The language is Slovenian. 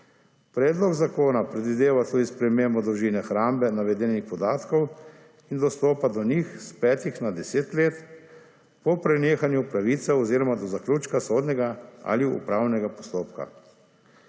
Predlog zakona predvideva tudi spremembo dolžine hrambe navedenih podatkov in dostopa do njih s petih na deset let po prenehanju pravice oziroma do zaključka sodnega ali upravnega postopka.